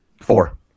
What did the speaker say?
Four